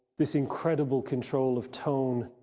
this incredible control of tone.